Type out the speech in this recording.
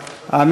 מתנכרת,